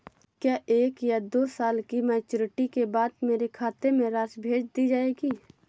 क्या एक या दो साल की मैच्योरिटी के बाद मेरे खाते में राशि भेज दी जाएगी?